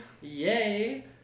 yay